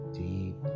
deep